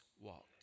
walked